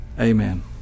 Amen